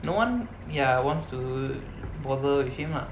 no one ya wants to bother with him lah